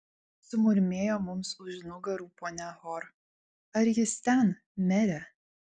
sumurmėjo mums už nugarų ponia hor ar jis ten mere